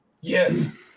Yes